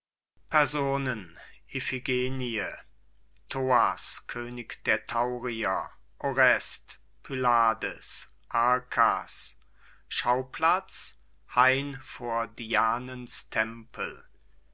iphigenie thoas könig der taurier orest pylades arkas schauplatz hain vor